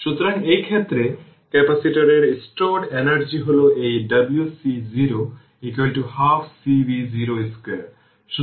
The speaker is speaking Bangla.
সুতরাং এই ক্ষেত্রে ক্যাপাসিটরের স্টোরড এনার্জি হল এই w c 0 half C V0 2